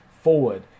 forward